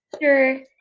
sure